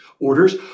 orders